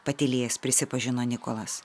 patylėjęs prisipažino nikolas